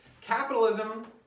Capitalism